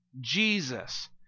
Jesus